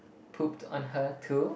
pooped on her too